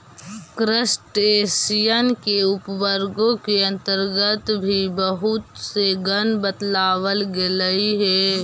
crustacean के उपवर्गों के अन्तर्गत भी बहुत से गण बतलावल गेलइ हे